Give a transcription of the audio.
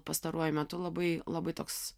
pastaruoju metu labai labai toks